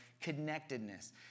connectedness